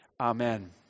Amen